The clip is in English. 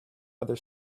other